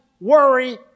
worry